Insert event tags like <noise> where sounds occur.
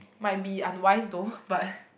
might be unwise though but <breath>